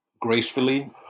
gracefully